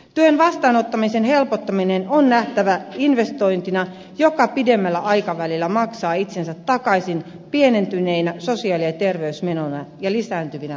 työn vastaanottamisen helpottaminen on nähtävä investointina joka pidemmällä aikavälillä maksaa itsensä takaisin pienentyneinä sosiaali ja terveysmenoina ja lisääntyvinä verotuloina